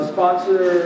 Sponsor